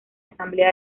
asamblea